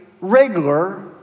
regular